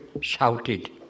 shouted